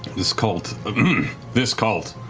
this cult, this cult,